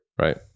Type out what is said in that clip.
Right